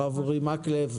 הרב אורי מקלב,